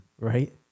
Right